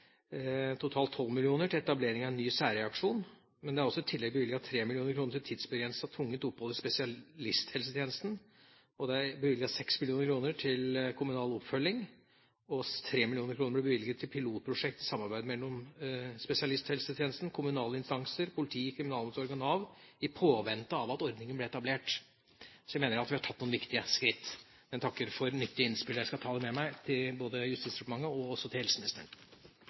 totalt 12 mill. kr til etablering av en ny særreaksjon. Men det er også i tillegg bevilget 3 mill. kr til tidsbegrenset tvungent opphold i spesialisthelsetjenesten, og det er bevilget 6 mill. kr til kommunal oppfølging, og 3 mill. kr ble bevilget til pilotprosjektsamarbeid mellom spesialisthelsetjenesten, kommunale instanser, politi, kriminalomsorg og Nav i påvente av at ordningen ble etablert. Så jeg mener at vi har tatt noen viktige skritt, men takker for nyttige innspill. Jeg skal ta dem med meg både til Justisdepartementet og også til helseministeren.